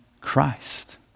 Christ